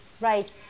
right